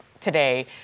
today